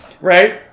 Right